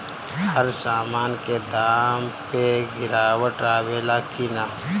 हर सामन के दाम मे गीरावट आवेला कि न?